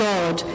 God